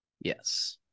Yes